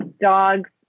dogs